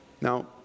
Now